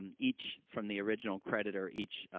um each from the original creditor, each, ah,